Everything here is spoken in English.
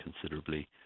considerably